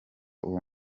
uwo